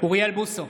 אוריאל בוסו,